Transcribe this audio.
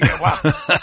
Wow